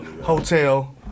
Hotel